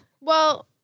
Well-